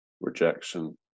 rejection